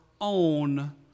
own